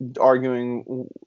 arguing